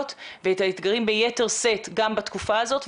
ואת האתגרים ביתר שאת גם בתקופה הזאת,